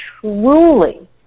truly